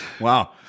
Wow